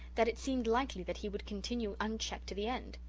that it seemed likely that he would continue unchecked to the end.